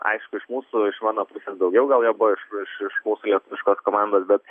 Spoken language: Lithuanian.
aišku iš mūsų iš mano pusės daugiau gal jie buvo iš iš iš mūsų lietuviškos komandos bet